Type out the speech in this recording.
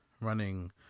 running